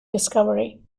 discovery